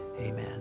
Amen